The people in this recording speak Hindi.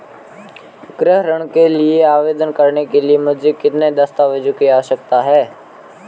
गृह ऋण के लिए आवेदन करने के लिए मुझे किन दस्तावेज़ों की आवश्यकता है?